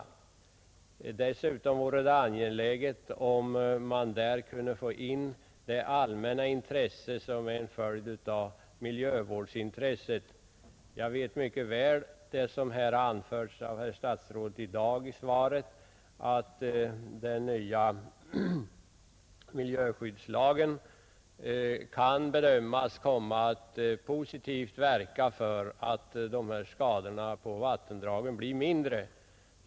Dessutom är det angeläget att där få in de allmänna miljövårdsintressena. Jag vet mycket väl, och det har statsrådet också anfört i sitt svar i dag, att den nya miljöskyddslagen kan bedömas komma att positivt verka för att skadorna på våra vattendrag blir mindre.